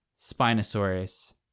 spinosaurus